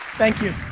thank you.